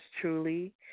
truly